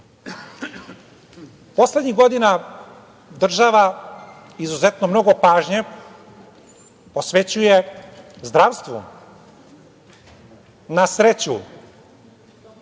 godine. Poslednjih godina država izuzetno mnogo pažnje posvećuje zdravstvu, na sreću